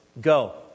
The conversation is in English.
Go